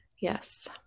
Yes